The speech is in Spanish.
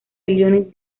illinois